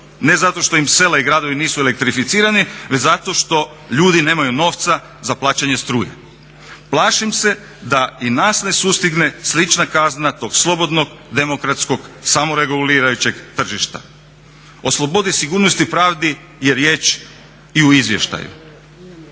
Ne zato što im sela i gradovi nisu elektrificirani već zato što ljudi nemaju novca za plaćanje struje. Plašim se da i nas ne sustigne slična kazna tog slobodnog, demokratskog, samoregulirajućeg tržišta. O slobodi, sigurnosti, pravdi je riječ i u izvještaju.